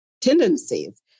tendencies